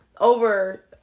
over